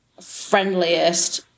friendliest